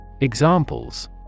Examples